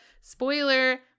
spoiler